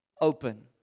open